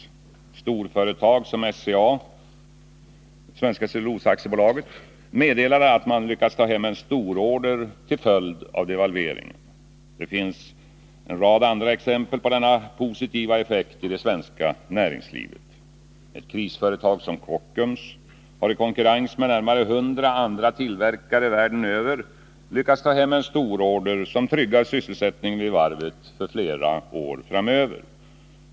Ett storföretag som SCA, Svenska Cellulosaaktiebolaget, meddelade att man lyckats ta hem en stororder till följd av devalveringen. Och det finns en rad andra exempel på denna positiva effekt i det svenska näringslivet. Ett krisföretag som Kockums har i konkurrens med närmare 100 andra tillverkare världen över lyckats ta hem en stororder, som tryggar sysselsättningen vid varvet för flera år framöver.